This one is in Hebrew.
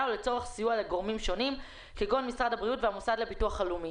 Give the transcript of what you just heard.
או לצורך סיוע לגורמים שונים כגון משרד הבריאות והמוסד לביטוח לאומי.